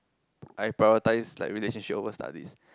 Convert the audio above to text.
I prioritised like relationship over studies